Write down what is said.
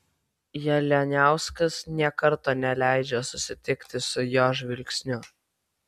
jalianiauskas nė karto neleidžia susitikti su jo žvilgsniu